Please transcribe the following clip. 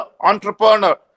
entrepreneur